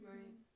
Right